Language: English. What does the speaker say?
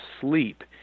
sleep